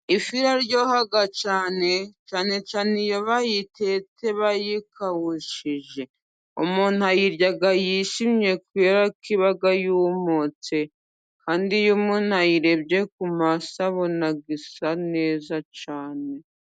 Ifi iraryoha cyane, cyane cyane iyo bayitetse bayikabushije. Umuntu ayirya yishimye kubera ko iba yumutse, kandi iyo umuntu ayirebye ku maso abona isa neza cyane.